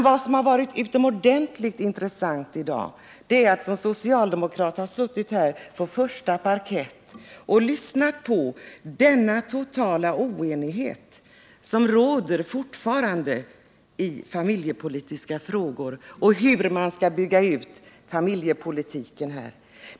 Vad som har varit utomordentligt intressant i dag för oss socialdemokrater har varit att sitta på första parkett och lyssna på den totala oenighet som fortfarande råder i familjepolitiska frågor och om hur man skall bygga ut familjepolitiken.